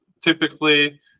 typically